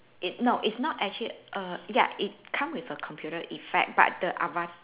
it no it's not actually err ya it come with a computer effect but the ava~